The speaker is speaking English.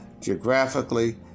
geographically